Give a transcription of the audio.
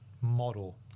model